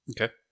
Okay